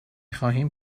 خواهیم